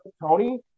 Tony